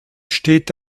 steht